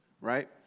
Right